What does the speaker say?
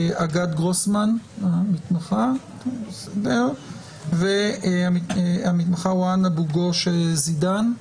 אגת גרוסמן והממחה רואן אבו גוש זידאן.